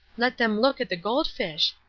let them look at the goldfish.